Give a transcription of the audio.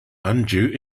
undue